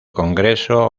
congreso